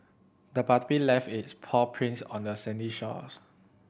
the puppy left its paw prints on the sandy shores